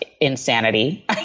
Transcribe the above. insanity